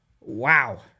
Wow